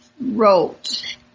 wrote